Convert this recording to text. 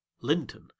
Linton